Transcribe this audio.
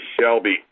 Shelby